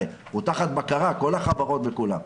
כל החברות וכולם.